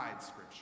Scripture